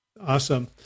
Awesome